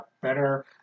better